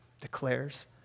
declares